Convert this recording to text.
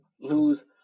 lose